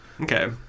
Okay